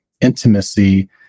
intimacy